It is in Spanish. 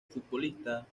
futbolista